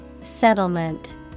Settlement